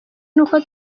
nuko